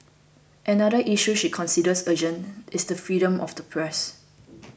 another issue she considers urgent is the freedom of the press